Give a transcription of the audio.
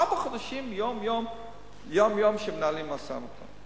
ארבעה חודשים יום-יום מנהלים משא-ומתן.